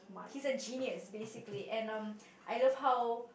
he's a genius basically and um I love how